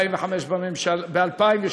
ב-2002,